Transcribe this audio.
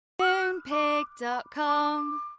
Moonpig.com